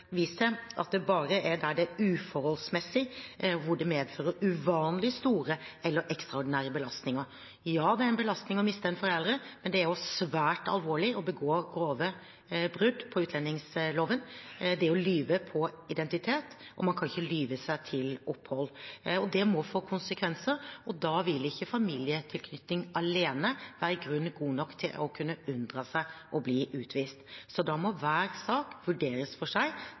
er uforholdsmessig dersom det medfører uvanlig store eller ekstraordinære belastninger. Ja, det er en belastning å miste en forelder, men det er også svært alvorlig å begå grove brudd på utlendingsloven, det å lyve på identitet. Man kan ikke lyve seg til opphold. Det må få konsekvenser, og da vil ikke familietilknytning alene være grunn god nok til å kunne unndra seg å bli utvist. Så da må hver sak vurderes for seg.